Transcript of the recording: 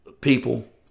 people